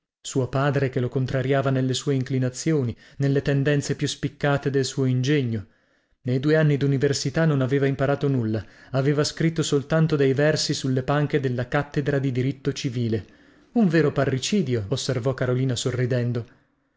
suo padre che lo contrariava nelle sue inclinazioni nelle tendenze più spiccate del suo ingegno nei due anni duniversità non aveva imparato nulla aveva scritto soltanto dei versi sulle panche della cattedra di diritto civile un vero parricidio osservò carolina sorridendo